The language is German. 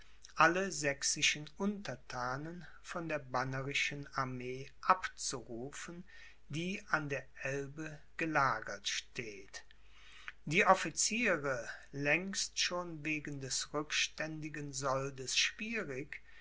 alle sächsischen unterthanen von der bannerischen armee abzurufen die an der elbe gelagert steht die officiere längst schon wegen des rückständigen soldes